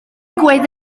digwydd